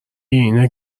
اینه